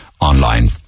Online